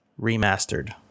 Remastered